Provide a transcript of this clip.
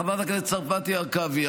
חברת הכנסת צרפתי הרכבי,